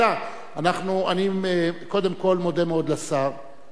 קודם כול, אני מודה מאוד לשר על תשובתו.